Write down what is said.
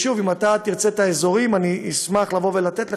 שוב, אם אתה תרצה את האזורים, אני אשמח לתת לך,